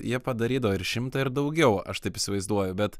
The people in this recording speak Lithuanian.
jie padarydavo ir šimtą ir daugiau aš taip įsivaizduoju bet